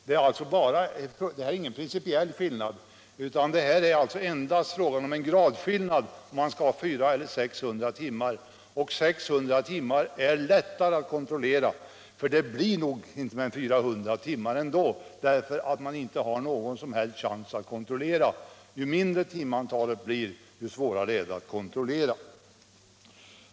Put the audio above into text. Det är ingen principiell skillnad utan det är endast fråga om en gradskillnad om man skall ha 400 eller 600 timmar. 600 timmar är lättare att kontrollera, det blir nog ändå inte mer än 400 timmar. Ju mindre timantalet blir, desto svårare är det att kontrollera.